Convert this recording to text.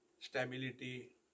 stability